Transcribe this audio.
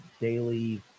daily